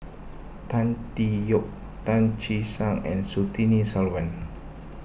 Tan Tee Yoke Tan Che Sang and Surtini Sarwan